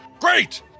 Great